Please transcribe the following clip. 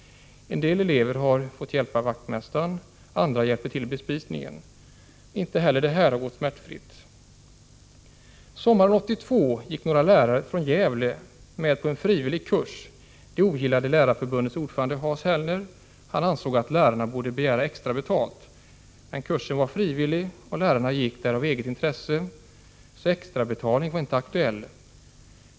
En del elever har fått hjälpa vaktmästaren, andra har hjälpt till vid bespisningen. Inte heller detta har gått smärtfritt. Sommaren 1982 gick några lärare från Gävle på en frivillig kurs. Det ogillade Lärarförbundets ordförande Hans Hellers. Han ansåg att lärarna borde begära extra betalt. Men kursen var frivillig och lärarna deltog i den av eget intresse, så extrabetalning var inte aktuell.